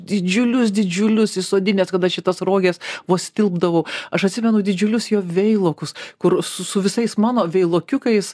didžiulius didžiulius įsodinęs ka aš į tas roges vos tilpdavau aš atsimenu didžiulius jo veilokus kur su su visais mano veilokiukais